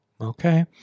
okay